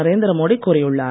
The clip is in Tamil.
நரேந்திரமோடி கூறியுள்ளார்